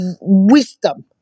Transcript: wisdom